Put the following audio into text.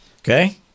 okay